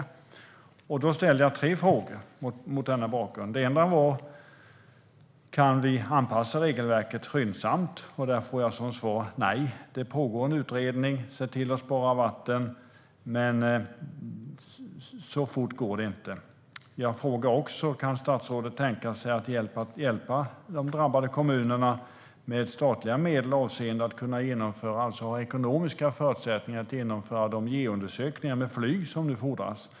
Den andra frågan var: Kan statsrådet tänka sig att hjälpa de drabbade kommunerna med statliga medel för att ha ekonomiska förutsättningar att genomföra de geoundersökningar med flyg som nu fordras?